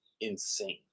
insane